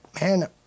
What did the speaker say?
man